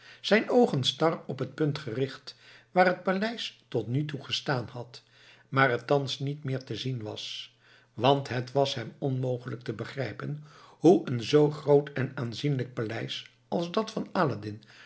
zijn oogen star op het punt gericht waar het paleis tot nu toe gestaan had maar het thans niet meer te zien was want het was hem onmogelijk te begrijpen hoe een zoo groot en aanzienlijk paleis als dat van aladdin